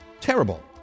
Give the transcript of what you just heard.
Terrible